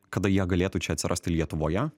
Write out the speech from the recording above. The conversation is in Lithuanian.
kada jie galėtų čia atsirasti lietuvoje